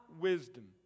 wisdom